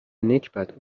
نکبت